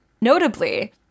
Notably